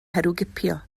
herwgipio